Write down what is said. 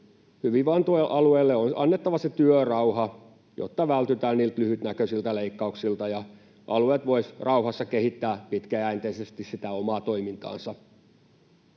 Hyvinvointialueille on annettava työrauha, jotta vältytään niiltä lyhytnäköisiltä leikkauksilta ja alueet voisivat rauhassa kehittää pitkäjänteisesti sitä omaa toimintaansa.